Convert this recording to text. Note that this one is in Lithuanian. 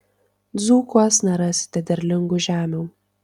dzūkuos nerasite derlingų žemių